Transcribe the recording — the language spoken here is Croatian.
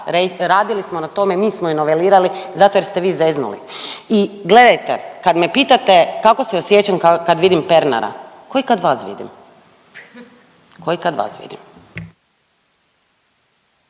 Radili smo na tome mi smo ju novelirali zato jer ste vi zeznuli i gledajte kad me pitate kako se osjećam kad vidim Pernara. Kao i kad vas vidim, kao i kad vas vidim.